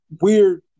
weird